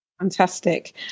Fantastic